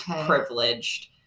privileged